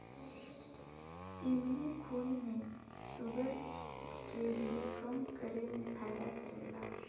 इमली खून में शुगर के भी कम करे में फायदा करेला